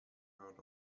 heard